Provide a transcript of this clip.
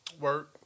Work